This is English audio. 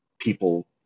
people